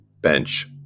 bench